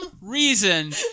reason